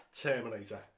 Terminator